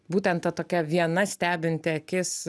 būtent ta tokia viena stebinti akis